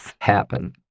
happen